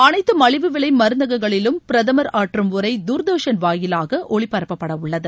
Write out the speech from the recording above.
அனைத்து மலிவு விலை மருந்தகங்களிலும் பிரதமர் ஆற்றம் உரை தூர்தர்ஷன் வாயிலாக ஒளிபரப்பப்படவுள்ளது